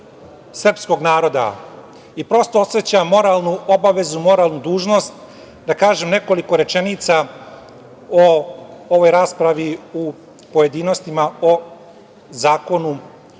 srpskog naroda i prosto osećam moralnu obavezu, moralnu dužnost da kažem nekoliko rečenica o ovoj raspravi u pojedinostima o Zakonu